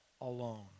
alone